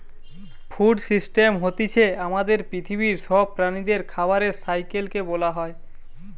food system হতিছে আমাদের পৃথিবীর সব প্রাণীদের খাবারের সাইকেল কে বোলা হয়